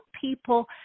people